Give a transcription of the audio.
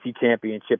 championship